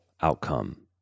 outcome